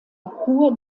hoher